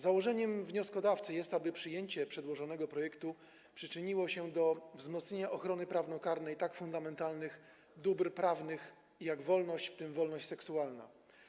Założeniem wnioskodawcy jest to, aby przyjęcie przedłożonego projektu przyczyniło się do wzmocnienia ochrony prawnokarnej tak fundamentalnych dóbr prawnych jak wolność, w tym wolność seksualna.